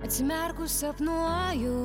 atsimerkus sapnuoju